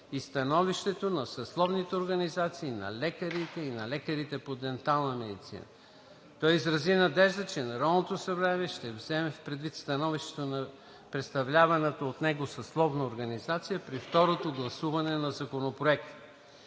и становището на съсловните организации на лекарите и на лекарите по дентална медицина. Той изрази надежда, че Народното събрание ще вземе предвид становището на представляваната от него съсловна организация при второ гласуване на Законопроекта.